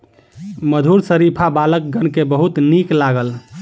मधुर शरीफा बालकगण के बहुत नीक लागल